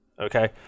okay